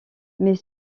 mais